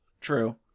True